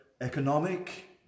economic